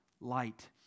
light